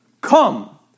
come